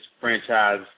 franchise